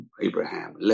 Abraham